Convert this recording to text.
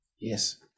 Yes